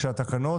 התקנות